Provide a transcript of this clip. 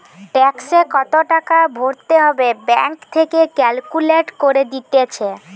ট্যাক্সে কত টাকা ভরতে হবে ব্যাঙ্ক থেকে ক্যালকুলেট করে দিতেছে